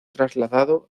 trasladado